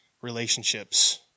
relationships